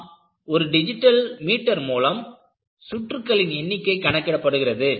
நாம் ஒரு digital meter மூலம் சுற்றுகளின் எண்ணிக்கை கணக்கிடப்படுகிறது